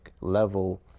level